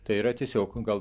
tai yra tiesiog gal